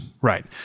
right